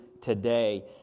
today